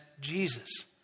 Jesus